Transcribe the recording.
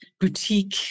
boutique